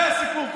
זה הסיפור כולו.